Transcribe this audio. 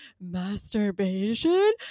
masturbation